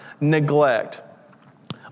neglect